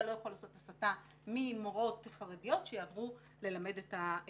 אתה לא יכול לעשות הסטה כך שמורות חרדיות יעברו ללמד בנים.